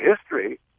history